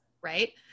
right